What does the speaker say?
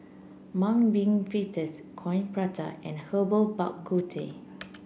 Mung Bean Fritters Coin Prata and Herbal Bak Ku Teh